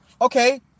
Okay